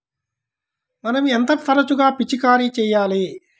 మనం ఎంత తరచుగా పిచికారీ చేయాలి?